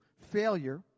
Failure